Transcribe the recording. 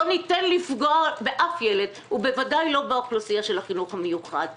לא ניתן לפגוע באף ילד ובוודאי לא באוכלוסייה של החינוך המיוחד.